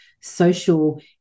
social